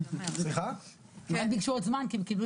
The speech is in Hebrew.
אני רוצה להודות